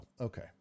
Okay